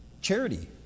charity